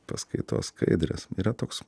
paskaitos skaidrės yra toks